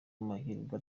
amahirwe